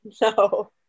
No